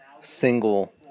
single